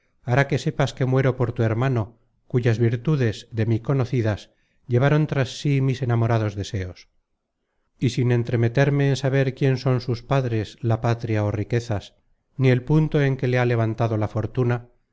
hará que sepas que muero por tu hermano cuyas virtudes de mí conocidas llevaron tras sí mis enamorados deseos y sin entremeterme en saber quién son sus padres la patria ó riquezas ni el punto en que le ha levantado la fortuna